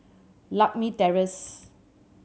Lakme Terrace